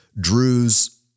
Drew's